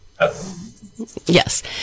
Yes